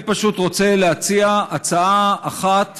אני פשוט רוצה להציע הצעה אחת